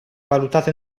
valutata